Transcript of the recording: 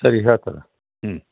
ಸರಿ ಹೇಳ್ತೇನೆ ಹ್ಞೂ